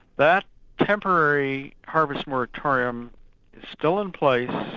that temporary harvest moratorium is still in place.